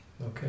Okay